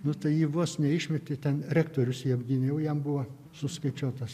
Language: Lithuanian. nu tai jį vos neišmetė ten rektorius jį apgynė jau jam buvo suskaičiuotos